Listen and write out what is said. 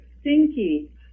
stinky